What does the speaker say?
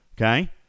okay